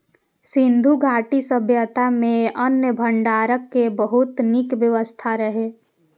सिंधु घाटी सभ्यता मे अन्न भंडारण के बहुत नीक व्यवस्था रहै